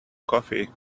coffee